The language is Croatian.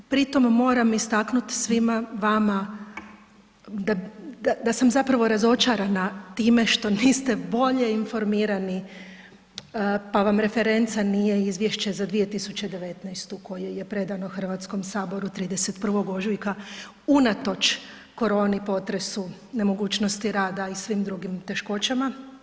Pritom moram istaknuti svima vama da sam zapravo razočarana time što niste bolje informirani pa vam referenca nije Izvješće za 2019. koje je predano HS-u 31. ožujka unatoč koroni, potresu, nemogućnosti rada i svim drugim teškoćama.